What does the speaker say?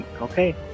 Okay